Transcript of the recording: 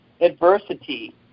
adversity